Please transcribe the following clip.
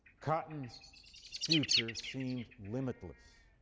cotton's future seemed limitless.